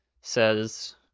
says